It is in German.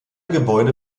gebäude